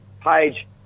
page